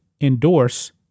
endorse